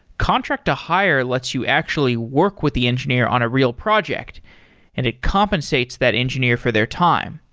contract to hire lets you actually work with the engineer on a real project and it compensates that engineer for their time.